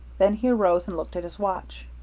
then he arose and looked at his watch.